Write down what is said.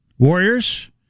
Warriors